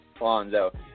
Lonzo